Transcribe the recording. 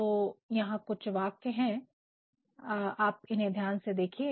तो यहां कुछ वाक्य है आप इन्हे ध्यान से देखिए